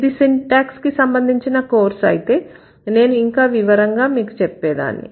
ఇది సింటాక్స్ కి సంబంధించిన కోర్సు అయితే నేను ఇంకా వివరంగా మీకు చెప్పేదాన్ని